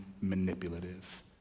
manipulative